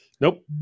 nope